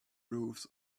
roofs